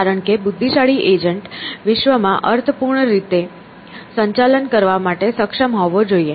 કારણ કે બુદ્ધિશાળી એજન્ટ વિશ્વમાં અર્થપૂર્ણ રીતે સંચાલન કરવા માટે સક્ષમ હોવો જોઈએ